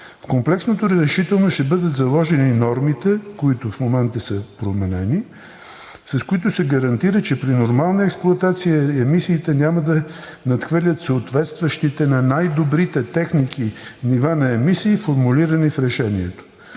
В комплексното разрешително ще бъдат заложени нормите, които в момента са променени, с които се гарантира, че при нормална експлоатация емисиите няма да надхвърлят съответстващите на най добрите техники нива на емисии, формулирани в решението.